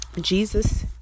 Jesus